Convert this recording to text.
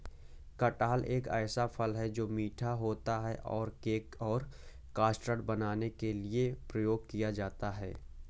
कटहल एक ऐसा फल है, जो मीठा होता है और केक और कस्टर्ड बनाने के लिए उपयोग किया जाता है